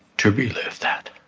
to relive that.